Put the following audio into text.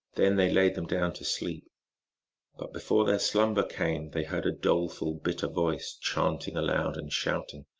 then they laid them down to sleep but before their slumber came they heard a doleful, bitter voice chant ing aloud and shouting,